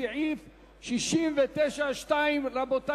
לסעיף 68 יש הסתייגות של קבוצת מרצ,